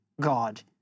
God